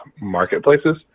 marketplaces